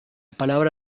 palabra